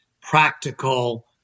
practical